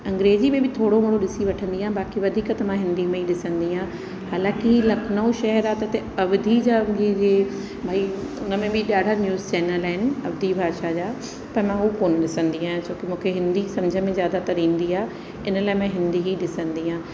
अंग्रेज़ी में बि थोरो घणो ॾिसी वठंदी आहियां बाकी वधीक त मां हिंदी में ई ॾिसंदी आहियां हालांकि लखनऊ शहर आहे त हिते अवधी जा भाई उन में बि ॾाढा न्यूज़ चेनल आहिनि अवधी भाषा जा पर मां हू कोन ॾिसंदी आहियां छो कि मूंखे हिंदी समुझ में ज़्यादातर ईंदी आहे इन लाइ मां हिंदी ई ॾिसंदी आहियां